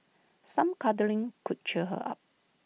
some cuddling could cheer her up